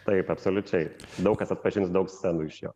taip absoliučiai daug kas atpažins daug scenų iš jo